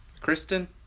Kristen